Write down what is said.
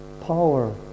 power